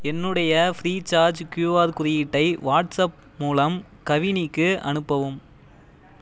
என்னுடைய Freecharge QR குறியீட்டை WhatsApp மூலம் கவினிக்கு அனுப்பவும்